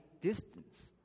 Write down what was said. distance